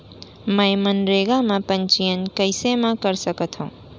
मैं मनरेगा म पंजीयन कैसे म कर सकत हो?